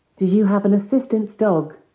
do you have an assistance dog?